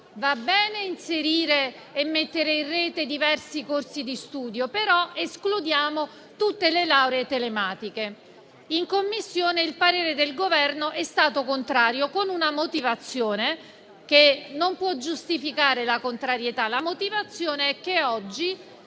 va bene inserire e mettere in rete diversi corsi di studio, però escludiamo tutte le lauree telematiche. In Commissione il parere del Governo è stato contrario, con una motivazione che non può giustificare la contrarietà. La motivazione è che oggi